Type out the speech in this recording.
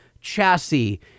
chassis